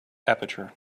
aperture